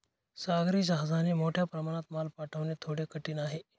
सागरी जहाजाने मोठ्या प्रमाणात माल पाठवणे थोडे कठीण आहे